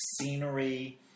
scenery